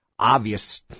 obvious